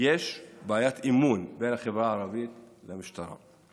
בעיית אמון בין החברה הערבית למשטרה.